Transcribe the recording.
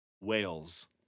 Wales